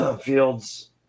fields